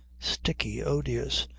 sticky, odious,